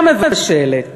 גם מבשלת,